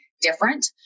different